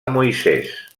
moisès